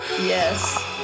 Yes